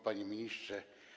Panie Ministrze!